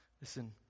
Listen